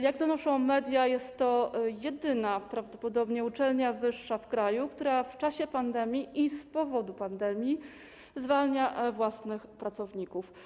Jak donoszą media, jest to prawdopodobnie jedyna uczelnia wyższa w kraju, która w czasie pandemii i z powodu pandemii zwalnia własnych pracowników.